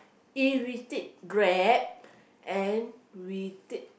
if we take Grab and we take